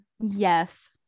Yes